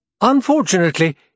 Unfortunately